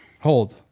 hold